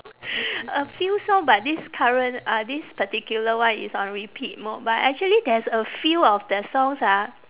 a few song but this current uh this particular one is on repeat mode but actually there's a few of their songs ah